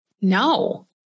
no